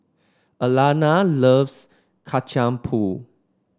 Ayana loves Kacang Pool